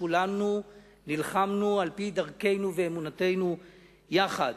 שכולנו נלחמנו על-פי דרכנו ואמונתנו יחד.